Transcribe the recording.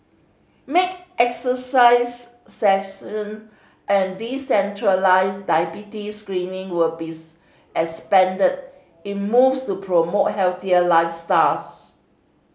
make exercise session and decentralised diabetes screening will be expanded in moves to promote healthier lifestyles